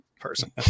person